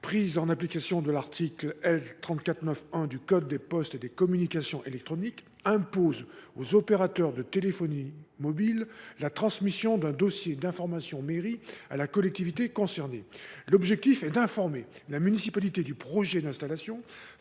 pris en application de l’article L. 34 9 1 du code des postes et des communications électroniques impose aux opérateurs de téléphonie mobile de transmettre un dossier d’information mairie (DIM) à la collectivité concernée. L’objectif est d’informer la municipalité du projet d’installation